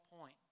point